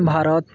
Bharat